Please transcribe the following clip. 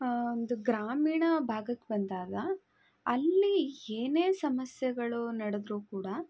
ಒಂದು ಗ್ರಾಮೀಣ ಭಾಗಕ್ಕೆ ಬಂದಾಗ ಅಲ್ಲಿ ಏನೇ ಸಮಸ್ಯೆಗಳು ನಡೆದ್ರೂ ಕೂಡ